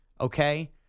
Okay